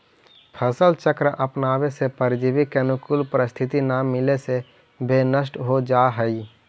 फसल चक्र अपनावे से परजीवी के अनुकूल परिस्थिति न मिले से वे नष्ट हो जाऽ हइ